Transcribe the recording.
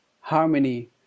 harmony